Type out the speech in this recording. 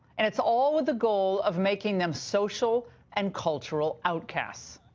and it's all with the goal of making them social and cultural outcasts.